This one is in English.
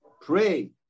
pray